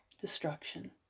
Destruction